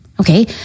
Okay